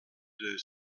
deux